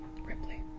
Ripley